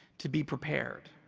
to be prepared,